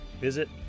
Visit